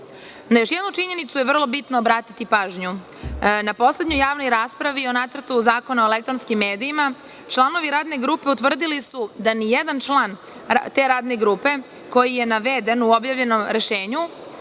još jednu činjenicu je vrlo bitno obratiti pažnju. Na poslednjoj javnoj raspravi o Nacrtu Zakona o elektronskim medijima članovi radne grupe utvrdili su da ni jedan član te radne grupe, koji je naveden u objavljenom rešenju,